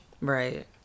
Right